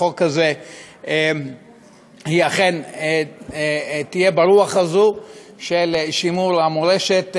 בחוק הזה אכן תהיה ברוח הזו של שימור המורשת שלנו.